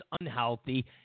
unhealthy